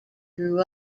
grew